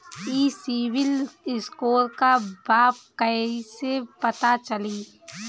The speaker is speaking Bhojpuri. ई सिविल स्कोर का बा कइसे पता चली?